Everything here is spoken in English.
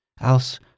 else